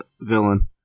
villain